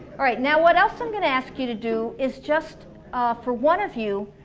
alright, now what else i'm gonna ask you to do is just for one of you,